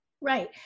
Right